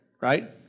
right